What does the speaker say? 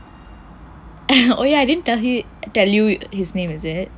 oh ya I didn't tell you his name is it